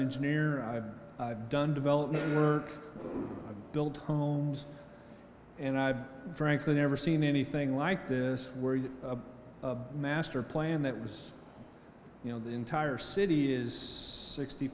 engineer i've done development work build homes and i've frankly never seen anything like this where a master plan that was you know the entire city is sixty